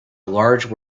large